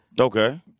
Okay